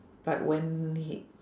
but when he